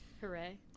Hooray